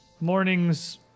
morning's